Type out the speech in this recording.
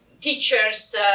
teachers